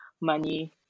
money